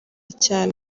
cyane